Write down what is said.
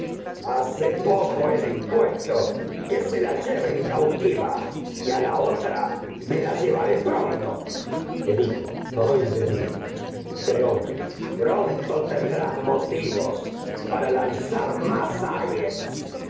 hijas la una dispuesto llevaré que se la lleven cautiva y a la otra me la pronto edipo ay de mi tendrás motivos para lanzar más